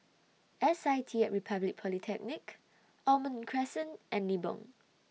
S I T At Republic Polytechnic Almond Crescent and Nibong